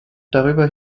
darüber